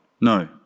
No